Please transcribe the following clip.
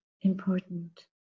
important